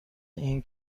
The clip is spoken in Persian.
این